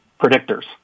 predictors